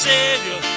Savior